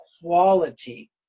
quality